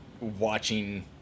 watching